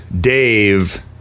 Dave